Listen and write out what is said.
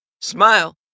Smile